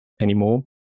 anymore